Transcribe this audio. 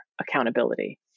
accountability